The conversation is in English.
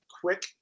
quick